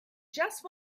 just